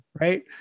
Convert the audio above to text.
right